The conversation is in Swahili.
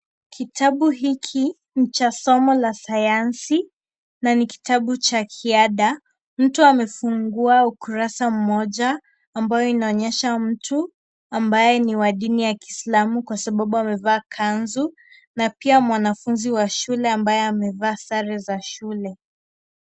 Kitabu hiki ni cha somo la sayansi na ni kitabu cha kiada mtu amefungua ukurasa mmoja ambayo inaonyesha mtu ambaye ni wa dini ya kiislamu kwa sababu amevaa kanzu na pia mwanafunzi wa shule ambaye amevaa sare za shule.